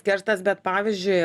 kerštas bet pavyzdžiui